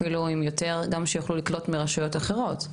גם אם זה אומר שיוכלו לקלוט מרשויות אחרות.